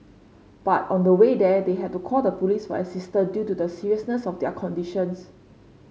but on the way there they had to call the police for assistance due to the seriousness of their conditions